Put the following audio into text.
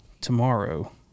tomorrow